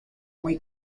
muy